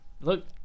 look